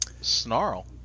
Snarl